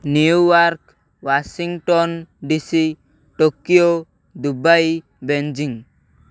New York Washington DC Tokyo Dubai Beijing